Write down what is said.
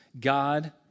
God